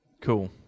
Cool